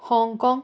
Hong Kong